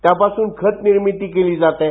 त्यापासून खत निर्मिती केली जात आहे